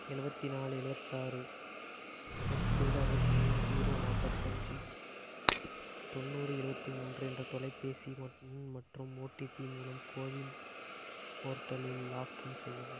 எழுபத்தி நாலு எழுபத்தாறு அறுபத்தேழு அறுபத்தி மூணு ஜீரோ நாற்பத்தஞ்சி தொண்ணூறு எழுபத்தி மூன்று என்ற தொலைபேசி மட் எண் மற்றும் ஓடிபி மூலம் கோவின் போர்ட்டலில் லாக்இன் செய்யவும்